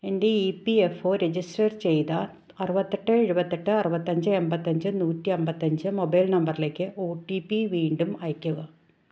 എൻ്റെ E P F O register ചെയ്ത അറുപത്തെട്ട് എഴുപത്തെട്ട് അറുപത്തഞ്ച് എൺപത്തഞ്ച് നൂറ്റി അമ്പത്തഞ്ച് മൊബൈൽ നമ്പറിലേക്ക് ഒ ടി പി വീണ്ടും അയയ്ക്കുക